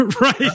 Right